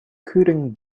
couldn’t